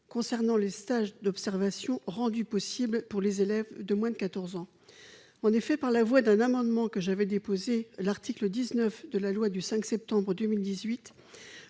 concernant les stages d'observation rendus possibles pour les élèves de moins de 14 ans. Par la voie d'un amendement que j'avais déposé, l'article 19 de la loi du 5 septembre 2018